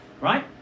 right